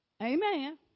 Amen